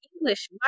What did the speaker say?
english